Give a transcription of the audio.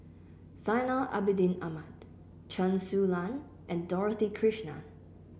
Zainal Abidin Ahmad Chen Su Lan and Dorothy Krishnan